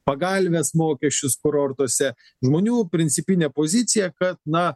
pagalvės mokesčius kurortuose žmonių principinė pozicija kad na